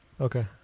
Okay